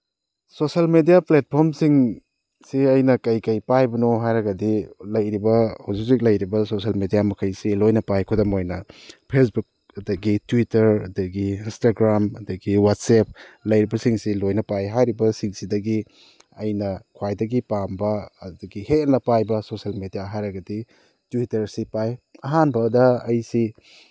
social media ꯄ꯭ꯂꯦꯠꯐꯣꯝꯁꯤꯡꯁꯤ ꯑꯩꯅ ꯀꯔꯤ ꯀꯔꯤ ꯄꯥꯏꯕꯅꯣ ꯍꯥꯏꯔꯒꯗꯤ ꯂꯩꯔꯤꯕ ꯍꯧꯖꯤꯛ ꯍꯧꯖꯤꯛ ꯂꯩꯔꯤꯕ ꯁꯣꯁꯦꯜ ꯃꯦꯗꯤꯌꯥ ꯃꯈꯩꯁꯤ ꯂꯣꯏꯅ ꯄꯥꯏ ꯈꯨꯗꯝ ꯑꯣꯏꯅ ꯐꯦꯁꯕꯨꯛ ꯑꯗꯒꯤ ꯇ꯭ꯋꯤꯇꯔ ꯑꯗꯒꯤ ꯏꯟꯁꯇꯒ꯭ꯔꯥꯝ ꯑꯗꯒꯤ ꯋꯥꯆꯦꯞ ꯂꯩꯔꯤꯕꯁꯤꯡꯁꯤ ꯂꯣꯏꯅ ꯄꯥꯏ ꯍꯥꯏꯔꯤꯕꯁꯤꯡꯁꯤꯗꯒꯤ ꯑꯩꯅ ꯈ꯭ꯋꯥꯏꯗꯒꯤ ꯄꯥꯝꯕ ꯑꯗꯒꯤ ꯍꯦꯟꯅ ꯄꯥꯏꯕ ꯁꯣꯁꯦꯜ ꯃꯦꯗꯤꯌꯥ ꯍꯥꯏꯔꯒꯗꯤ ꯇ꯭ꯋꯤꯇꯔꯁꯤ ꯄꯥꯏ ꯑꯍꯥꯟꯕꯗ ꯑꯩꯁꯤ